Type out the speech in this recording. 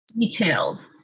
detailed